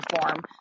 form